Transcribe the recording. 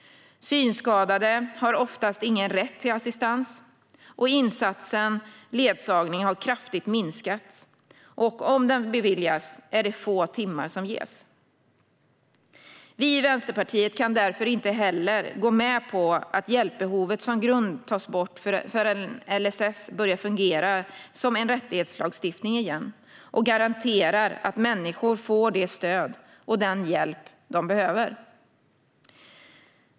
Synskadade har oftast ingen rätt till assistans. Insatsen ledsagning har kraftigt minskats, och om den beviljas är det få timmar som ges. Vi i Vänsterpartiet kan därför inte heller gå med på att hjälpbehovet som grund tas bort förrän LSS börjar fungera som en rättighetslagstiftning igen och garanterar att människor får det stöd och den hjälp som de behöver.